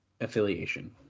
affiliation